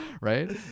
right